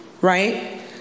right